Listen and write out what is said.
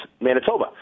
Manitoba